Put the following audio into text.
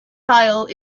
file